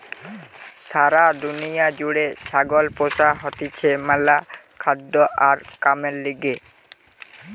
সারা দুনিয়া জুড়ে ছাগল পোষা হতিছে ম্যালা খাদ্য আর কামের লিগে